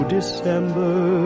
December